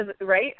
right